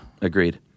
Agreed